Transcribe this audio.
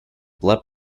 blood